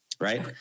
right